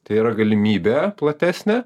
tai yra galimybė platesnė